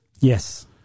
Yes